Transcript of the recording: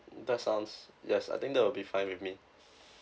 mm that sounds yes I think that will be fine with me